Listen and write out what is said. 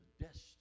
destiny